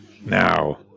now